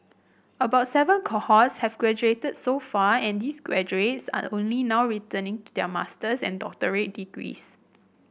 about seven cohorts have graduated so far and these graduates are only now returning their master's and doctorate degrees